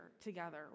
together